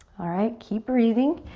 alright, keep breathing.